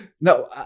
no